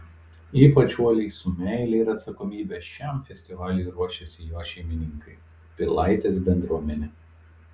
ypač uoliai su meile ir atsakomybe šiam festivaliui ruošiasi jo šeimininkai pilaitės bendruomenė